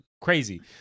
crazy